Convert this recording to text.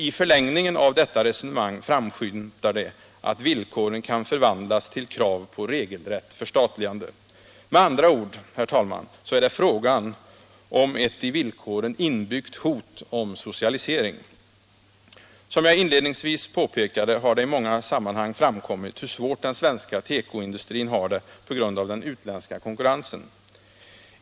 I förlängningen av detta resonemang framskymtar det att villkoren kan förvandlas till krav på regelrätt förstatligande. Med andra ord är det fråga om ett i villkoren inbyggt hot om socialisering! Som jag redan inledningsvis påpekade, har det i många sammanhang framkommit hur svårt den svenska tekoindustrin har det på grund av den utländska konkurrensen.